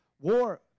War